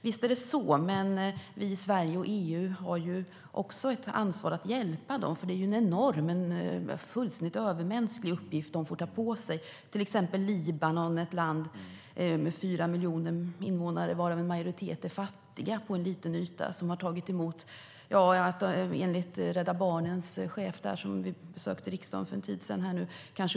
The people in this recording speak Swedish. Visst är det så. Vi i Sverige och EU har dock ett ansvar att hjälpa dem, för det är en enorm, fullständigt övermänsklig uppgift de får ta på sig. Till exempel har Libanon, ett land med liten yta och fyra miljoner invånare, varav en majoritet är fattiga, tagit emot uppemot en och en halv miljon flyktingar, enligt Rädda Barnens chef som besökte riksdagen för en tid sedan.